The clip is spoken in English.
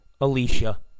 Alicia